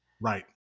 Right